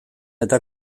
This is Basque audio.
eta